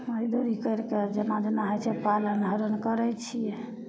मजदूरी करिके जेना जेना होइ छै पालन हरण करै छिए